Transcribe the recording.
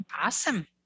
Awesome